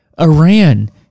Iran